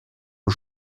aux